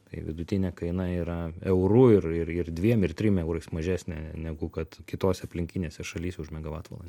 tai vidutinė kaina yra euru ir ir dviem ir trim eurais mažesnė negu kad kitose aplinkinėse šalyse už megavatvalan